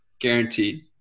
guaranteed